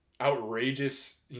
outrageous